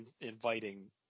inviting